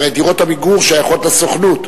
כי הרי דירות "עמיגור" שייכות לסוכנות.